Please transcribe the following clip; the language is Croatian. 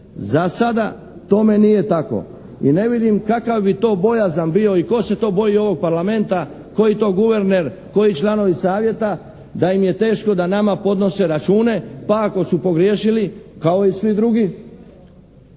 Za sada tome nije tako i ne vidim kakav bi to bojazan bio i tko se to boji ovog Parlamenta, koji to guverner, koji članovi savjeta da im je teško da nama podnose račune pa ako su pogriješili kao i svi drugi